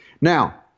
now